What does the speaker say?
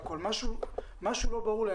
אבל משהו לא ברור לי.